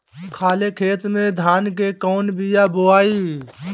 खाले खेत में धान के कौन बीया बोआई?